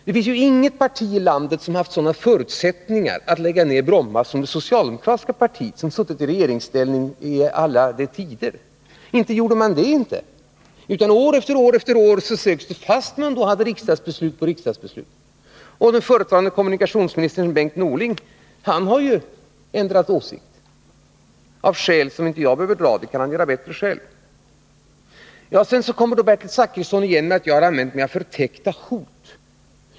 Det finns ju inget parti i landet som haft sådana förutsättningar att lägga ned Bromma som det socialdemokratiska partiet, som suttit i regeringen i alla tider. Inte gjorde man det inte, utan år efter år sköt man på saken fastän det 33 fattades riksdagsbeslut på riksdagsbeslut. Den förutvarande kommunikationsministern Bengt Norling har ändrat åsikt, av skäl som jag inte behöver anföra — det kan han göra bättre själv. Bertil Zachrisson kommer igen med påståendet att jag använt mig av förtäckta hot.